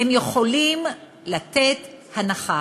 הם יכולים לתת הנחה.